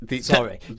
Sorry